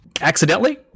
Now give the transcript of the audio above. accidentally